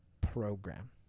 Program